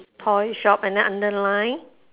toy shop and then underline